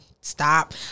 Stop